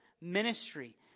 ministry